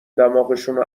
دماغشونو